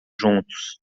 juntos